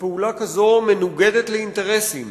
ופעולה כזו מנוגדת לאינטרסים